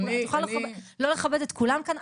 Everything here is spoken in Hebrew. את יכולה לא לכבד את כולם כאן,